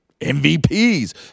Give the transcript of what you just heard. MVPs